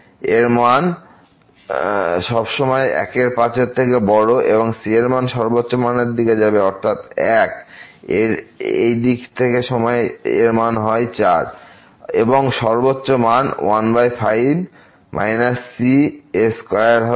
এর মান সব সময় ⅕ এর থেকে বড় যখন c সর্বোচ্চ মানের দিকে যায় অর্থাৎ 1 এর দিকে এবং সেই সময় তার মান হয় 4 এবং সর্বোচ্চ মান ⅕ c এর স্কয়ার হবে ¼